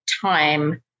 time